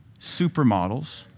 supermodels